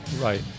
Right